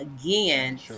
again